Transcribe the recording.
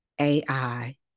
AI